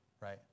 right